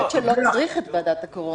יכול להיות שלא צריך את ועדת הקורונה.